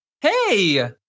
hey